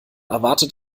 erwartet